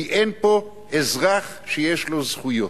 כי אין פה אזרח שיש לו זכויות.